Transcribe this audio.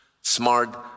smart